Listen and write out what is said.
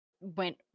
went